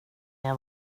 jag